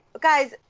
guys